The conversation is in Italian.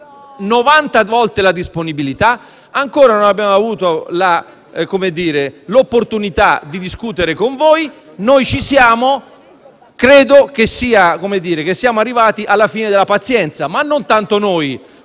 volte la disponibilità e ancora non abbiamo avuto l'opportunità di discutere con voi. Noi ci siamo. Credo che siamo arrivati alla fine della pazienza; non tanto noi